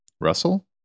Russell